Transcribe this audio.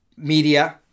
Media